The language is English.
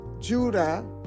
Judah